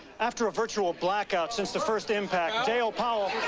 after a virtual blackout since the first impact dale powell,